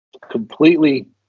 completely